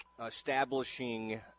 establishing